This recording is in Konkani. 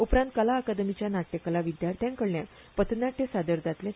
उपरांत कला अकादमीच्या नाट्य कला विद्यार्थ्यां कडल्यान पथनाट्य सादर जातलें